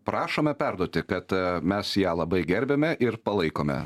prašome perduoti kad mes ją labai gerbiame ir palaikome